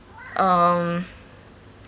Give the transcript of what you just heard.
um